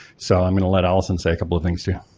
so i'm gonna let allison say a couple of things too.